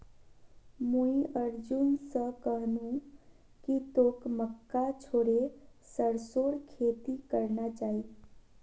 मुई अर्जुन स कहनु कि तोक मक्का छोड़े सरसोर खेती करना चाइ